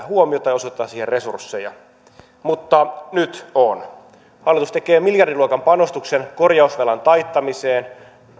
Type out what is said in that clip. huomiota ja osoittaa siihen resursseja mutta nyt on hallitus tekee miljardiluokan panostuksen korjausvelan taittamiseen